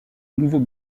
nouveau